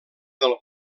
del